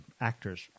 actors